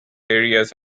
areas